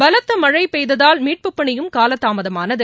பலத்தமழைபெய்ததால் மீட்புப் பணியும் காலதாமதமானது